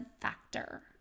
factor